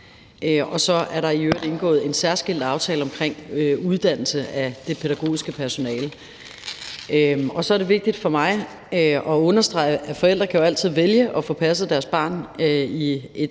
og så er der i øvrigt indgået en særskilt aftale omkring uddannelse af det pædagogiske personale. Så er det vigtigt for mig at understrege, at forældre jo altid kan vælge at få passet deres børn i et